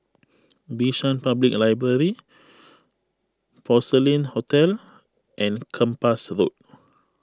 Bishan Public Library Porcelain Hotel and Kempas Road